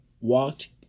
walked